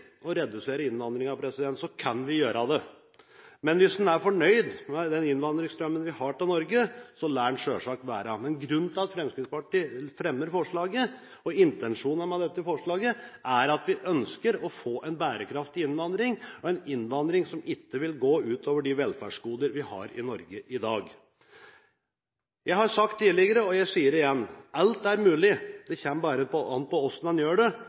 å redusere innvandringen, kan vi gjøre det. Men hvis en er fornøyd med den innvandringsstrømmen vi har til Norge, lar en selvsagt være. Men grunnen til at Fremskrittspartiet fremmer forslaget – og intensjonene med dette forslaget – er at vi ønsker å få en bærekraftig innvandring, og en innvandring som ikke vil gå ut over de velferdsgoder vi har i Norge i dag. Jeg har sagt det tidligere, og jeg sier det igjen: Alt er mulig – det kommer bare an på hvordan en gjør det,